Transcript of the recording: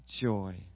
joy